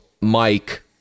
Mike